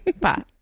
Pa